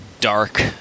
dark